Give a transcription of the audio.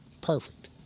Perfect